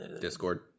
Discord